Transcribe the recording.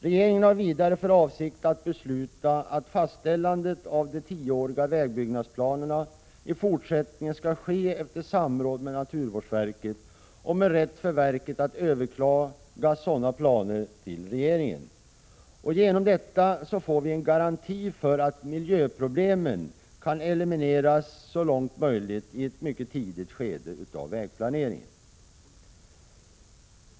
Regeringen har vidare för avsikt att besluta att fastställandet av de tioåriga vägbyggnadsplanerna i fortsättningen skall ske efter samråd med naturvårdsverket och med rätt för verket att överklaga sådana planer till regeringen. Genom detta får vi en garanti för att miljöproblemen kan elimineras i ett tidigt skede av vägplaneringen.